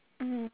mm